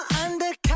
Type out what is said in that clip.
undercover